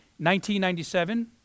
1997